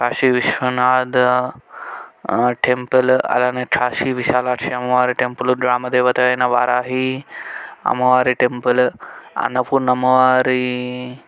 Kashi Vishwanath temple అలానే కాశీ విశాలాక్షమ్మ వారి temple గ్రామా దేవత అయినా వారాహి అమ్మ వారి టెంపుల్ అన్నపూర్ణమ్మ వారి